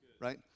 Right